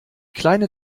kleine